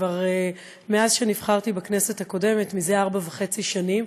כבר מאז שנבחרתי בכנסת הקודמת, זה ארבע וחצי שנים,